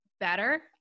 better